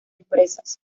empresas